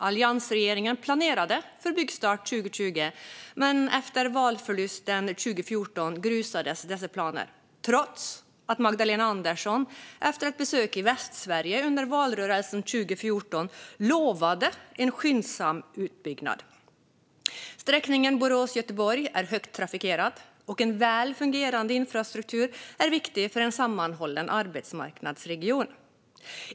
Alliansregeringen planerade för byggstart 2020, men efter valförlusten 2014 grusades dessa planer - trots att Magdalena Andersson efter ett besök i Västsverige under valrörelsen 2014 lovade en skyndsam utbyggnad. Sträckningen Borås-Göteborg är högt trafikerad, och en väl fungerande infrastruktur är viktig för en sammanhållen arbetsmarknadsregion.